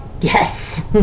Yes